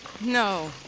No